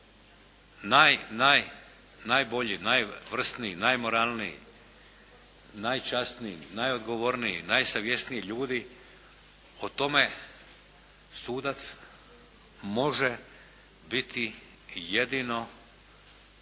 najbolji, najvrsniji, najmoralniji, najčasniji, najsavjesniji ljudi o tome sudac može biti i jedino